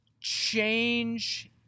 change